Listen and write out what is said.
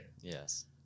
Yes